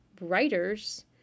writers